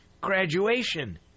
graduation